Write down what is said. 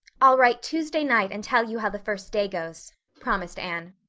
i'll write tuesday night and tell you how the first day goes, promised anne.